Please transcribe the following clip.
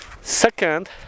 Second